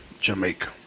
Jamaica